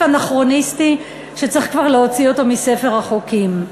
אנכרוניסטי שצריך כבר להוציא אותו מספר החוקים.